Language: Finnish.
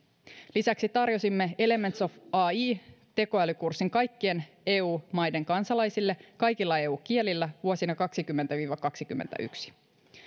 lisäksi tarjosimme elements of ai tekoälykurssin kaikkien eu maiden kansalaisille kaikilla eu kielillä vuosina kaksikymmentä viiva kaksikymmentäyksi